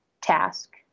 task